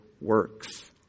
works